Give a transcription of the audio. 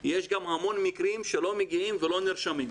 יש גם המון מקרים שלא מגיעים ולא נרשמים.